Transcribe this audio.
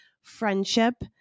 friendship